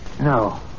no